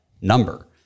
number